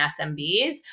SMBs